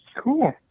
Cool